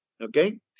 Okay